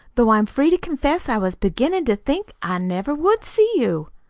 though i'm free to confess i was beginnin' to think i never would see you.